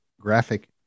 graphic